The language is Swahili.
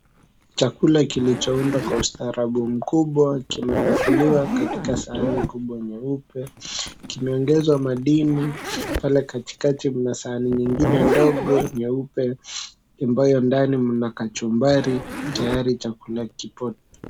Chakula kilichoundwa kwa ustarabu mkubwa kimepakuliwa katika sahani kubwa nyeupe. Kimeongezwa madini, pale katikati mna sahani nyingine ndogo nyeupe ambayo ndani mna kachumbari tayari chakula kipo.